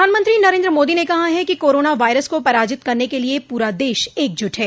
प्रधानमंत्री नरेन्द्र मोदी ने कहा है कि कोरोना वायरस को पराजित करने के लिए पूरा देश एकजुट है